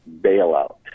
bailout